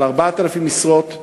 על 4,000 משרות,